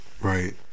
Right